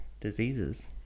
diseases